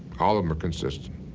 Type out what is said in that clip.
all of them are consistent.